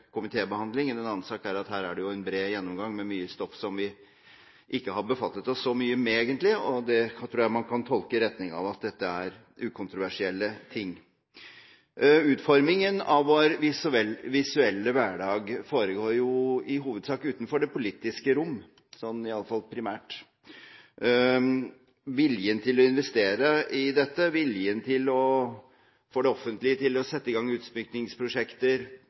en annen sak er at her er det en bred gjennomgang med mye stoff som vi egentlig ikke har befattet oss så mye med, og det tror jeg man kan tolke i retning av at dette er ukontroversielle ting. Utformingen av vår visuelle hverdag foregår i hovedsak utenfor det politiske rom, iallfall primært. Viljen til å investere i dette, viljen for det offentlige til å sette i gang